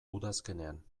udazkenean